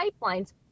pipelines